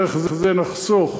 דרך זה גם נחסוך